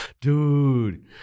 Dude